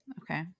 Okay